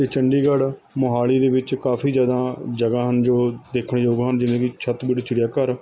ਅਤੇ ਚੰਡੀਗੜ੍ਹ ਮੋਹਾਲੀ ਦੇ ਵਿੱਚ ਕਾਫੀ ਜ਼ਿਆਦਾ ਜਗ੍ਹਾ ਹਨ ਜੋ ਦੇਖਣ ਯੋਗ ਹਨ ਜਿਵੇਂ ਕਿ ਛੱਤਬੀੜ ਚਿੜੀਆ ਘਰ